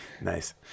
nice